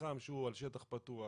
מתחום שהוא על שטח פתוח,